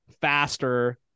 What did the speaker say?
faster